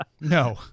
no